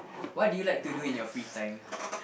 what do you like to do in your free time